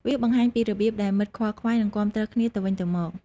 វាបង្ហាញពីរបៀបដែលមិត្តខ្វល់ខ្វាយ និងគាំទ្រគ្នាទៅវិញទៅមក។